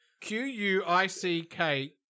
Q-U-I-C-K